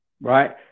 right